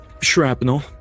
Shrapnel